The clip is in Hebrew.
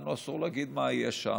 לנו אסור להגיד מה יהיה שם,